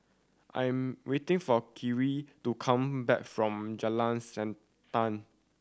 I am waiting for Kirk to come back from Jalan Siantan